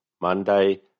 Monday